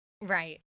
Right